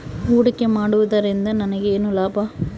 ಹೂಡಿಕೆ ಮಾಡುವುದರಿಂದ ನನಗೇನು ಲಾಭ?